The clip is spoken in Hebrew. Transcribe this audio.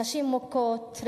נשים מוכות,